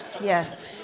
Yes